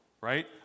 right